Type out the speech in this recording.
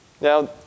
Now